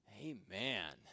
Amen